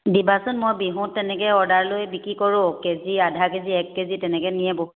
দিবাচোন মই বিহুত তেনেকে অৰ্ডাৰ লৈ বিক্ৰী কৰোঁ কেজি আধা কেজি এক কেজি তেনেকৈ নিয়ে বহুতে